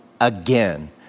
again